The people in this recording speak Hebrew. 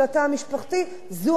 זו הדרך לעשות את זה.